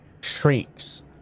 shrieks